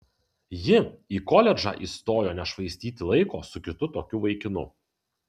ji į koledžą įstojo nešvaistyti laiko su kitu tokiu vaikinu